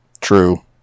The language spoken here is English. True